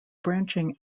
branching